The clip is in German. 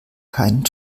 keinen